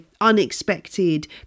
unexpected